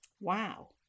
Wow